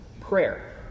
prayer